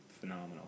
phenomenal